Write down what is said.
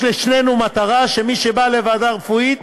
יש לשנינו מטרה, שמי שבא לוועדה רפואית,